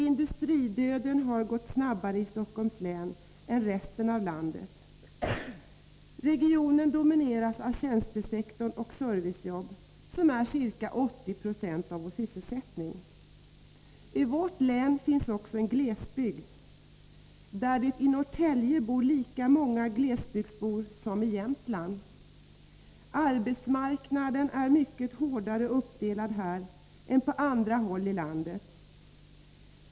Industridöden har gått snabbare i Stockholms län än i resten av landet. Regionen domineras av tjänstesektorn och servicejobb, som är ca 80 96 av vår sysselsättning I vårt län finns också en glesbygd, där det i Norrtälje bor lika många glesbygdsbor som i Jämtland. Arbetsmarknaden är mycket hårdare uppdelad här än på andra håll i landet.